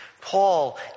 Paul